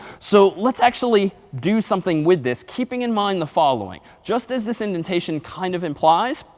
so let's actually do something with this. keeping in mind the following, just as this indentation kind of implies,